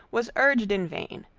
was urged in vain.